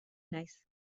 naiz